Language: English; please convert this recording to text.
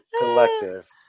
collective